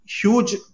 huge